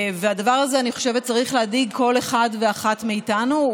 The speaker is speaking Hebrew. אני חושבת שהדבר הזה צריך להדאיג כל אחד ואחת מאיתנו,